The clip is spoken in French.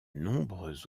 nombreux